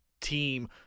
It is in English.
team